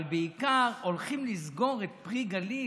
אבל בעיקר הולכים לסגור את פי גליל.